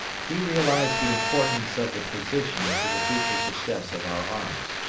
he realized the importance of the position to the future success of our arms